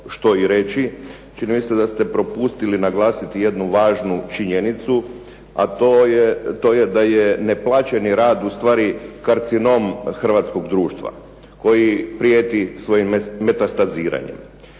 što i reći čini mi se da ste propustili naglasiti jednu važnu činjenicu a to je da je neplaćeni rad zapravo karcinom Hrvatskog društva koji prijeti svojim metastaziranjem.